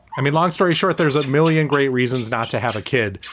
i mean, long story short, there's a million great reasons not to have a kid,